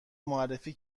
معرفی